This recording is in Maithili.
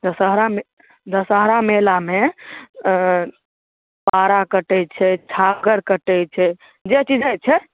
दसहरा मेला दसहरा मेलामे पारा कटै छै छागर कटै छै जे चीज होइ छै